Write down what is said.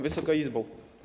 Wysoka Izbo!